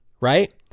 right